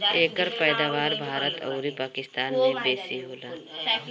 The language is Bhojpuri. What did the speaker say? एकर पैदावार भारत अउरी पाकिस्तान में बेसी होला